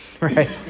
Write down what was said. right